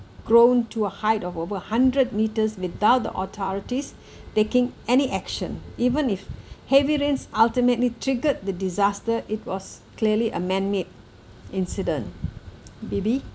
grown to a height of over hundred metres without the authorities taking any action even if heavy rains ultimately triggered the disaster it was clearly a man-made incident debby